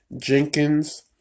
Jenkins